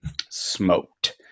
Smoked